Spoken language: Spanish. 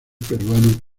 peruano